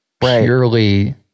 purely